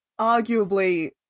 arguably